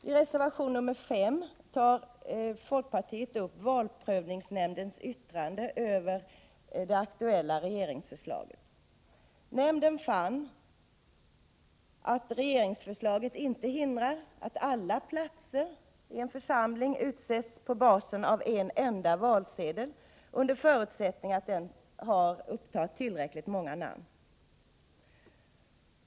I reservation 5 tar folkpartiet och moderata samlingspartiet upp valprövningsnämndens yttrande över det aktuella regeringsförslaget. Nämnden fann att regeringens förslag inte hindrar att alla ledamöter i en församling utses på basis av en enda valsedel, under förutsättning att den har upptagit tillräckligt många namn.